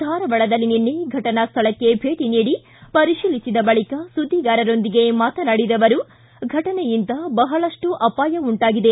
ಧಾರವಾಡದಲ್ಲಿ ನಿನ್ನೆ ಘಟನಾ ಸ್ಥಳಕ್ಕೆ ಭೇಟ ನೀಡಿ ಪರೀತಿಲಿಸಿದ ಬಳಕ ಸುದ್ಗಿಗಾರರೊಂದಿಗೆ ಮಾತನಾಡಿದ ಅವರು ಫಟನೆಯಿಂದ ಬಹಳಷ್ಟು ಅಪಾಯ ಉಂಟಾಗಿದೆ